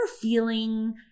feeling